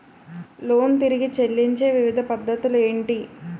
Loan తిరిగి చెల్లించే వివిధ పద్ధతులు ఏంటి?